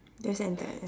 just entered